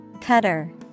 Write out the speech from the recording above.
Cutter